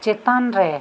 ᱪᱮᱛᱟᱱ ᱨᱮ